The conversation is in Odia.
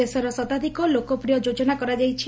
ଦେଶର ଶତାଧିକ ଲୋକପ୍ରିୟ ଯୋଜନା କରାଯାଇଛି